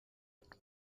ایجاد